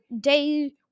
day